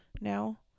now